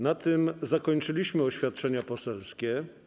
Na tym zakończyliśmy oświadczenia poselskie.